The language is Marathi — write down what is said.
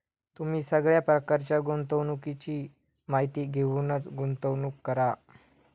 तुम्ही सगळ्या प्रकारच्या गुंतवणुकीची माहिती घेऊनच गुंतवणूक करा